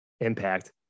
impact